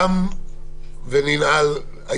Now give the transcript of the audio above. תמה וננעלה הישיבה.